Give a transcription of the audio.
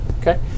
Okay